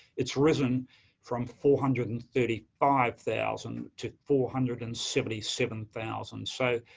it's risen from four hundred and thirty five thousand to four hundred and seventy seven thousand. so,